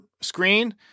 screen